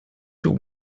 your